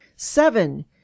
seven